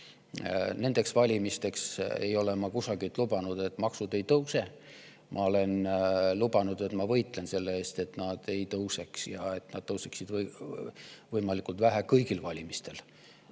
Nendeks valimisteks ei ole ma kusagil lubanud, et maksud ei tõuse. Ma olen lubanud, et ma võitlen selle eest, et nad ei tõuseks ja et nad tõuseksid võimalikult vähe, kõigil valimistel.